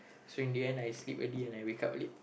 so in the end I sleep early and I wake up late